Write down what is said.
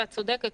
ואת צודקת,